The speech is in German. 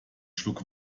schluck